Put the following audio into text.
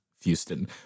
Houston